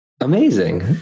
Amazing